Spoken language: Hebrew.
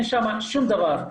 אין שם שום דבר.